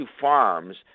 farms